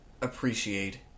appreciate